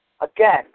Again